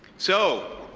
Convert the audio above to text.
so,